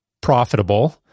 profitable